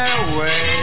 away